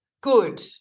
Good